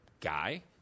guy